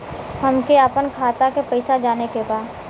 हमके आपन खाता के पैसा जाने के बा